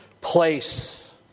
place